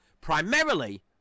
primarily